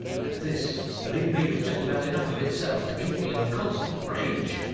and this, believe me, was just about enough of itself to keep me in a constant rage,